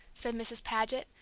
said mrs. paget,